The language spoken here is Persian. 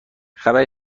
خبری